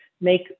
make